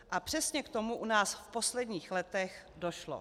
A přesně k tomu u nás v posledních letech došlo.